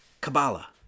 Kabbalah